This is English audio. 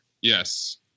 yes